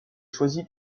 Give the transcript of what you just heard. choisi